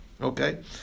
okay